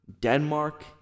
denmark